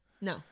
No